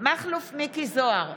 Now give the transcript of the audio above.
מכלוף מיקי זוהר,